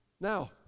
Now